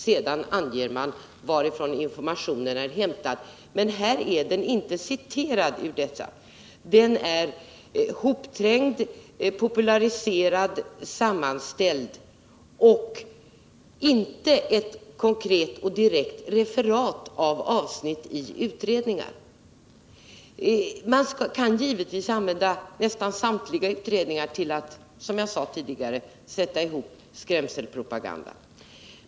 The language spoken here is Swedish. Sedan anger man var informationen är hämtad, men det är inte fråga om några citat — den är hopträngd, populariserad och sammanställd. Den är inte ett konkret och direkt referat av olika avsnitt i utredningar. Man kan givetvis använda nästan samtliga utredningar till att, som jag sade tidigare, sätta ihop skrämselpropaganda.